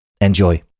Enjoy